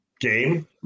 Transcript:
game